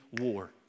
war